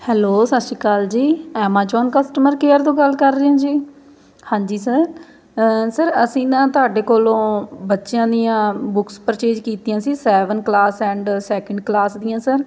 hello ਸਤਿ ਸ਼੍ਰੀ ਅਕਾਲ ਜੀ ਐਮਾਜ਼ੋਨ ਕਸਟਮਰ ਕੇਅਰ ਤੋਂ ਗੱਲ ਕਰ ਰਹੇ ਹੋ ਜੀ ਹਾਂਜੀ ਸਰ ਸਰ ਅਸੀਂ ਨਾ ਤੁਹਾਡੇ ਕੋਲੋਂ ਬੱਚਿਆਂ ਦੀਆਂ ਬੁੱਕਸ ਪਰਚੇਜ ਕੀਤੀਆਂ ਸੀ seven class and second class ਦੀਆਂ ਸਰ